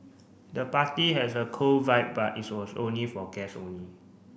the party has a cool vibe but it was only for guests only